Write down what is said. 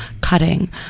cutting